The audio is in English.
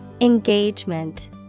Engagement